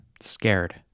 scared